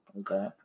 Okay